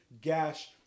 gash